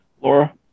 Laura